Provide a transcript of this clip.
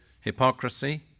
hypocrisy